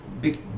Big